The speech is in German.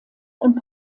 und